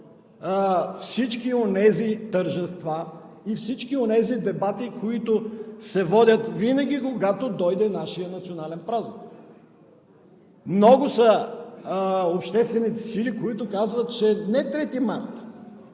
всички онези тържества и всички онези дебати, които се водят винаги, когато дойде нашият национален празник. Много са обществените сили, които казват, че не 3 март,